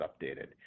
updated